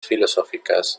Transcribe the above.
filosóficas